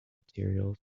materials